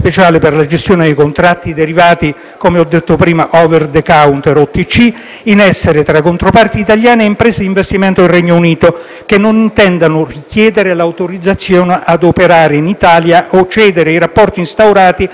contratti derivati OTC in essere tra controparti italiane e imprese di investimento del Regno Unito che non intendano richiedere l'autorizzazione ad operare in Italia o a cedere i rapporti instaurati a un intermediario italiano.